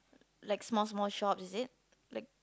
like small small shop is it like